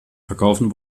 verkaufen